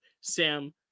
Sam